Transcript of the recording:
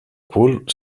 cul